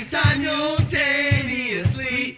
simultaneously